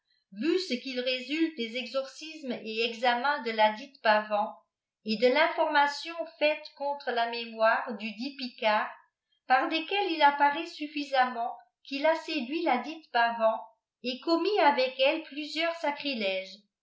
vu ce qu'il résulte des exorcismes et examens de ladite bavan et de finformation faite contre la mémoire dudit picard par lesquels il apparaît suffisamment qu'il a séduit ladite bavan et commis avec elle plusieurs sacrilèges